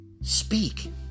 speak